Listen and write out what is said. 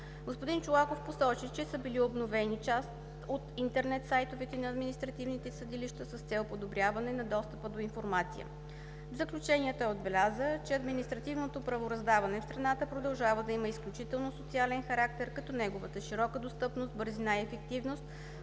Господин Чолаков посочи, че са били обновени част от интернет сайтовете на административните съдилища с цел подобряване на достъпа до информация. В заключение той отбеляза, че административното правораздаване в страната продължава да има изключително социален характер, като неговата широка достъпност, бързина и ефективност